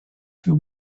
two